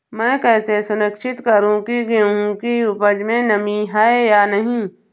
मैं कैसे सुनिश्चित करूँ की गेहूँ की उपज में नमी है या नहीं?